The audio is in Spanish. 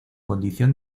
condición